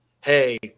hey